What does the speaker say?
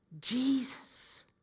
Jesus